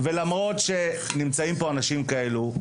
למרות שנמצאים פה אנשים כאלה,